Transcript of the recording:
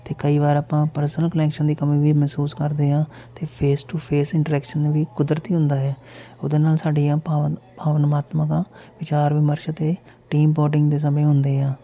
ਅਤੇ ਕਈ ਵਾਰ ਆਪਾਂ ਪਰਸਨਲ ਕਲੈਕਸ਼ਨ ਦੀ ਕਮੀ ਵੀ ਮਹਿਸੂਸ ਕਰਦੇ ਹਾਂ ਅਤੇ ਫੇਸ ਟੂ ਫੇਸ ਇੰਟਰੈਕਸ਼ਨ ਵੀ ਕੁਦਰਤੀ ਹੁੰਦਾ ਹੈ ਉਹਦੇ ਨਾਲ ਸਾਡੀਆਂ ਪਾਵਨ ਪਾਵਨਾਤਮਾਕਾ ਵਿਚਾਰ ਵਿਮਰਸ਼ ਅਤੇ ਟੀਮ ਬੋਰਡਿੰਗ ਦੇ ਸਮੇਂ ਹੁੰਦੇ ਆ